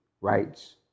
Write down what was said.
rights